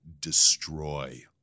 destroy